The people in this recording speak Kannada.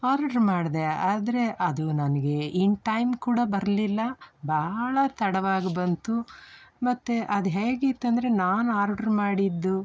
ಆರ್ಡ್ರು ಮಾಡಿದೆ ಆದರೆ ಅದು ನನಗೆ ಇನ್ ಟೈಮ್ ಕೂಡ ಬರಲಿಲ್ಲ ಬಹಳ ತಡವಾಗಿ ಬಂತು ಮತ್ತು ಅದು ಹೇಗಿತ್ತಂದ್ರೆ ನಾನು ಆರ್ಡ್ರು ಮಾಡಿದ್ದು